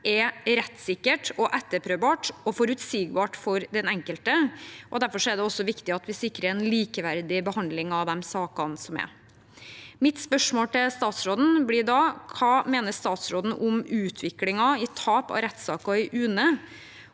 er rettssikkert, etterprøvbart og forutsigbart for den enkelte. Derfor er det også viktig at vi sikrer en likeverdig behandling av de sakene som er. Mitt spørsmål til statsråden blir da: Hva mener statsråden om utviklingen i tap av rettssaker i UNE,